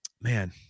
man